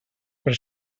per